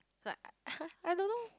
like !huh! I don't know